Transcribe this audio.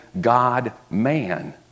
God-man